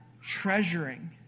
treasuring